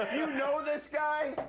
you know this guy?